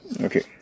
Okay